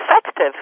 effective